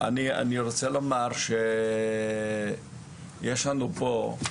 אני רוצה לומר שיש לנו פה,